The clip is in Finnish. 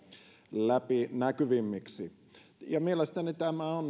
läpinäkyvämmiksi ja mielestäni tämä on